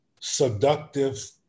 seductive